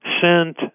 sent